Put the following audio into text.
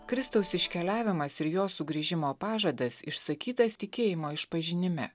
kristaus iškeliavimas ir jo sugrįžimo pažadas išsakytas tikėjimo išpažinime